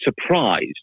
surprised